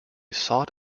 sought